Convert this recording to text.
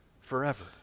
forever